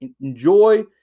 enjoy